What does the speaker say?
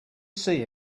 see